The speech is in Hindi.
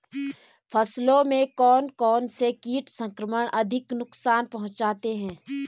फसलों में कौन कौन से कीट संक्रमण अधिक नुकसान पहुंचाते हैं?